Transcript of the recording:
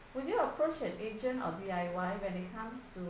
would you approach an agent or D_I_Y when it comes to